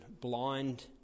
blind